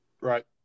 Right